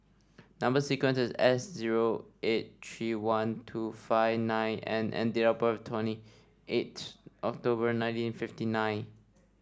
number sequence is S zero eight three one two five nine N and date of birth twenty eight October nineteen fifty nine